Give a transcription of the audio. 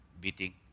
beating